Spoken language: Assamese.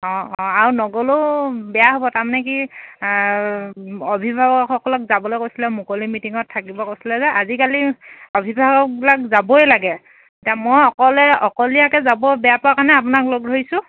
অঁ অঁ আৰু নগ'লেও বেয়া হ'ব তাৰমানে কি অভিভাৱকসকলক যাবলৈ কৈছিলে মুকলি মিটিঙত থাকিব কৈছিলে যে আজিকালি অভিভাৱকবিলাক যাবই লাগে এতিয়া মই অকলে অকলীয়াকৈ যাব বেয়া পোৱা কাৰণে আপোনাক লগ ধৰিছোঁ